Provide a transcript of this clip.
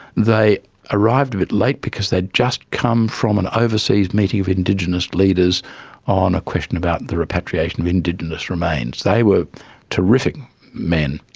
they arrived a bit late because they had just come from an overseas meeting of indigenous leaders on a question about the repatriation of indigenous remains. they were terrific men.